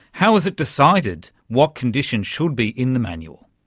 how is it decided what conditions should be in the manual?